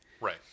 Right